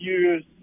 use